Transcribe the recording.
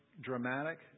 dramatic